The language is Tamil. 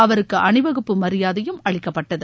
அவருக்கு அணிவகுப்பு மரியாதையும் அளிக்கப்பட்டது